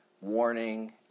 warning